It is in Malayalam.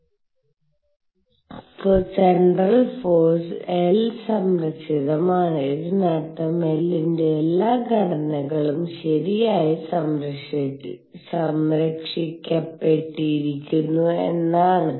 ഫോഴ്സ് സെൻട്രൽ L സംരക്ഷിതമാണ് ഇതിനർത്ഥം L ന്റെ എല്ലാ ഘടകങ്ങളും ശരിയായി സംരക്ഷിക്കപ്പെട്ടിരിക്കുന്നു എന്നാണ്